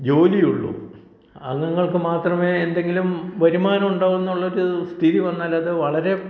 ജോലിയുള്ളൂ അംഗങ്ങൾക്ക് മാത്രമേ എന്തെങ്കിലും വരുമാനം ഉണ്ടാകുന്നു എന്നുള്ളൊരു സ്ഥിതി വന്നാലത് വളരെ